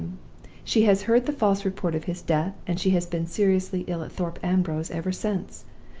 she has heard the false report of his death and she has been seriously ill at thorpe ambrose ever since.